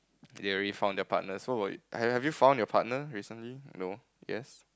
you already found your partner so will you have have you found your partner recently no yes